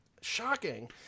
Shocking